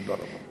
תודה רבה.